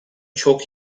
çok